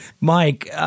Mike